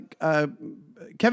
Kevin